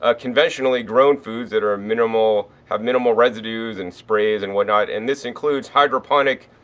ah conventionally grown foods that are minimal, have minimal residues and sprays and what not. and this includes hydroponic,